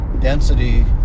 density